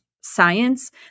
science